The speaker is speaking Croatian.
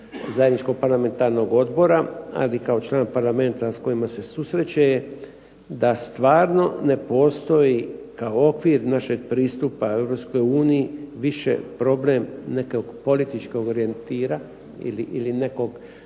zajedničkog parlamentarnog odbora, ali i kao član parlamenta s kojima se susreće, da stvarno ne postoji kao okvir našeg pristupa Europskoj uniji više problem nekog političkog orijentira ili nekog